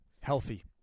healthy